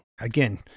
Again